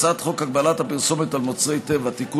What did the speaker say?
הצעת חוק הגבלת הפרסומת על מוצרי טבק (תיקון,